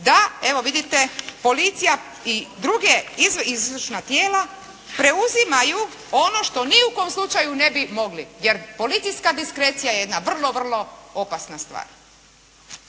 da, evo vidite policija i druge izvršna tijela preuzimaju ono što ni u kom slučaju ne bi mogli, jer policijska diskrecija je jedna vrlo, vrlo opasna stvar.